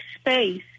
space